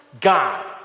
God